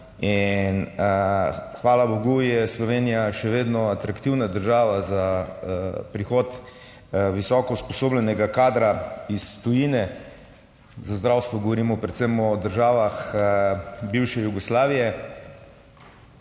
In hvala bogu je Slovenija še vedno atraktivna država za prihod visoko usposobljenega kadra iz tujine, za zdravstvo govorimo predvsem o državah bivše Jugoslavije,